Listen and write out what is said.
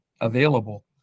available